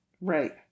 Right